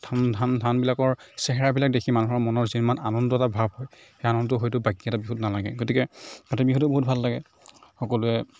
ধান ধান ধানবিলাকৰ চেহেৰাবিলাক দেখি মানুহৰ মনত যিমান আনন্দৰ এটা ভাব হয় সেই আনন্দ হয়তু বাকীকেইটা বিহুত নালাগে গতিকে কাতি বিহুটো বহুত ভাল লাগে সকলোৱে